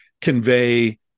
convey